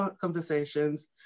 conversations